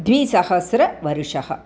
द्विसहस्रवर्षः